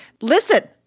Listen